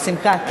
בשמחה.